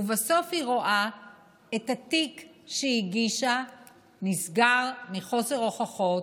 ובסוף היא רואה את התיק שהיא הגישה נסגר מחוסר הוכחות,